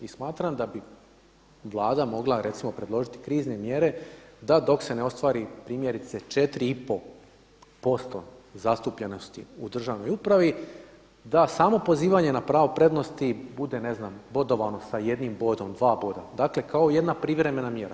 I smatram da bi Vlada mogla recimo predložiti krizne mjere da dok se ne ostvari primjerice 4,5% zastupljenosti u državnoj upravi da samo pozivanje na pravo prednosti bude ne znam bodovano sa jednim bodom, dva boda, dakle kao jedna privremena mjera.